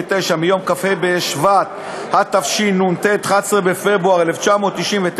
2/99 מיום כ"ה בשבט התשנ"ט, 11 בפברואר 1999,